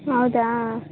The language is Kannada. ಹೌದಾ